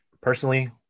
Personally